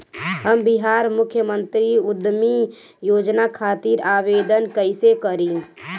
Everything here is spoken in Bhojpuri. हम बिहार मुख्यमंत्री उद्यमी योजना खातिर आवेदन कईसे करी?